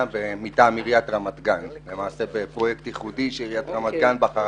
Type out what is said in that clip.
מטעם עיריית רמת גן בפרויקט ייחודי שעיריית רמת גן בחרה